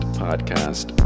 podcast